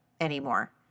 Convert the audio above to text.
anymore